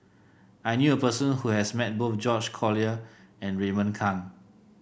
I knew a person who has met both George Collyer and Raymond Kang